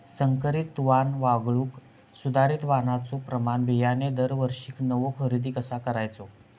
संकरित वाण वगळुक सुधारित वाणाचो प्रमाण बियाणे दरवर्षीक नवो खरेदी कसा करायचो?